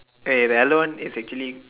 eh the elder one is actually